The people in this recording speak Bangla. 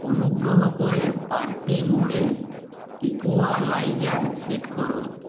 অনুগ্রহ করে পার্টি মোডে ইকুয়ালাইজার সেট করো